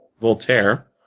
Voltaire